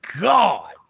God